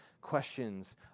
questions